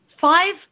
Five